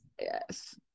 Yes